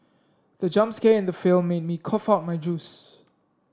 the jump scare in the film made me cough of my juice